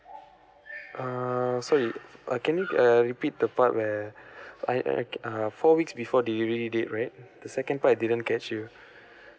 err sorry uh can you err repeat the part where I I err four weeks before delivery date right the second part I didn't catch you